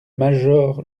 major